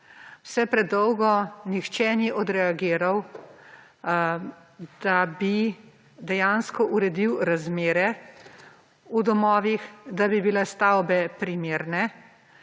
Vse predolgo nihče ni odreagiral, da bi dejansko uredil razmere v domovih , da bi bile stavbe primerne,